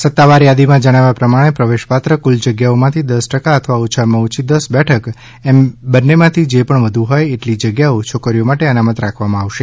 સત્તાવાર યાદીમાં જણાવ્યા પ્રમાણે પ્રવેશ પાત્ર કુલ જગ્યાઓમાથી દસ ટકા અથવા ઓછામાં ઓછી દસ બેઠક એમ બંનેમાંથી જે પણ વધુ હોય એટલી જગ્યાઓ છોકરીઓ માટે અનામત રાખવામાં આવશે